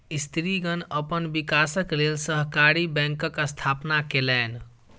स्त्रीगण अपन विकासक लेल सहकारी बैंकक स्थापना केलैन